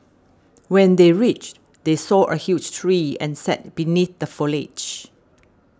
when they reached they saw a huge tree and sat beneath the foliage